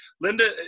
Linda